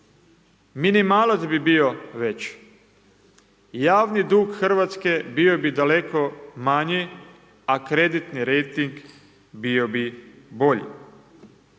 Minimalac bi bio veći i javni dug Hrvatske bio bi daleko manji, a kreditni rejting bio bi bolji.